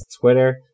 Twitter